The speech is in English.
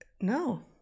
No